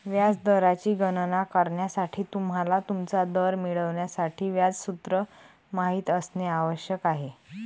व्याज दराची गणना करण्यासाठी, तुम्हाला तुमचा दर मिळवण्यासाठी व्याज सूत्र माहित असणे आवश्यक आहे